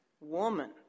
woman